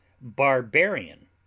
Barbarian